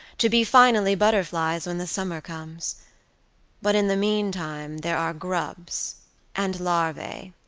to be finally butterflies when the summer comes but in the meantime there are grubs and larvae,